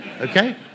Okay